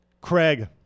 Craig